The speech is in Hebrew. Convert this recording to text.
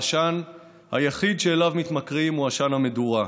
העשן היחיד שאליו מתמכרים הוא עשן המדורה,